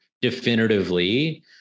definitively